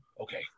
Okay